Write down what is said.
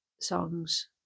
songs